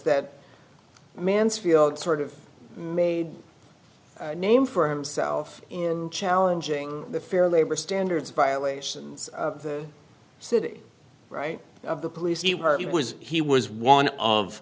that mansfield sort of made a name for himself in challenging the fair labor standards violations of the city right of the police it was he was one of